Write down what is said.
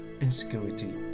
insecurity